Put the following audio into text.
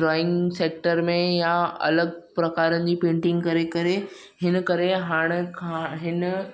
drawing sector में या अलॻि प्रकार जी पैंटिंग करे करे हिनकरे हाणे